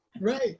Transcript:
right